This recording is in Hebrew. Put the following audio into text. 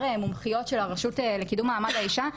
מומחיות של הרשות לקידום מעמד האישה,